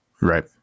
Right